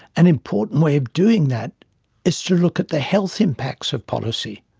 an important way of doing that is to look at the health impacts of policy.